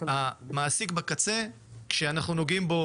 המעסיק בקצה, כשאנחנו נוגעים בו